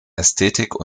ästhetik